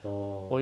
orh